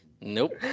Nope